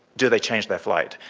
do they change their flight?